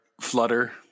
flutter